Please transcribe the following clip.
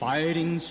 Fighting